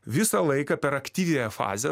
visą laiką per aktyviąją fazę